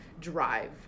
drive